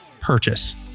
purchase